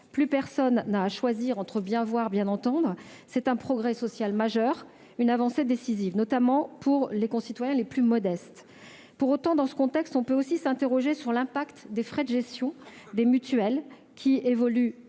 plus personne n'a à choisir entre bien voir ou bien entendre. C'est un progrès social majeur, une avancée décisive, notamment pour nos concitoyens les plus modestes. Pour autant, dans ce contexte, nous pouvons aussi nous interroger sur l'impact des frais de gestion des mutuelles, qui évoluent